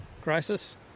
crisis